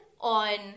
on